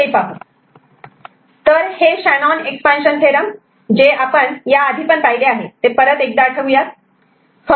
तर हे Shannon expansion theorem Shanon's expansion theorem जे आपण याआधी पण पाहिले आहे आता परत एकदा आठवू या